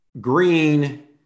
green